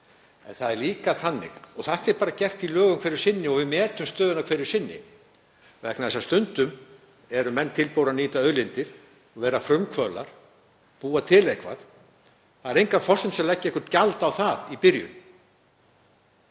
En það er líka þannig að það er bara gert í lögum hverju sinni og við metum stöðuna hverju sinni vegna þess að stundum eru menn tilbúnir að nýta auðlindir og vera frumkvöðlar, búa til eitthvað, og það eru engar forsendur fyrir því að leggja eitthvert gjald á það í byrjun.